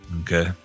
Okay